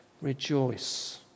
Rejoice